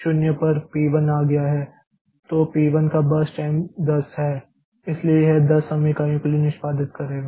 तो पी 1 का burst time 10 है इसलिए यह 10 समय इकाइयों के लिए निष्पादित करेगा